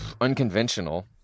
unconventional